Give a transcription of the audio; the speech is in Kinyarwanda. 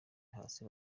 hasi